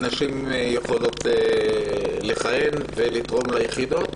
נשים יכולות לכהן ולתרום ליחידות.